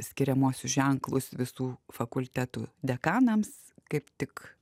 skiriamuosius ženklus visų fakultetų dekanams kaip tik